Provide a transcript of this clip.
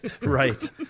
right